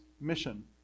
mission